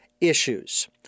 issues